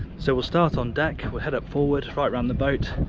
so we'll start on deck, we'll head up forward right around the boat,